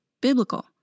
biblical